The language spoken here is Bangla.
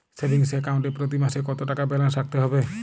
সেভিংস অ্যাকাউন্ট এ প্রতি মাসে কতো টাকা ব্যালান্স রাখতে হবে?